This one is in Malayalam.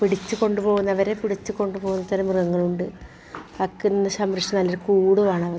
പിടിച്ച് കൊണ്ട് പോവുന്നവരെ പിടിച്ച് കൊണ്ട് പോവുന്ന തരം മൃഗങ്ങളുണ്ട് ആക്കുന്ന സംരക്ഷണം നല്ല കൂട് വേണം അവർക്ക്